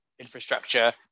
infrastructure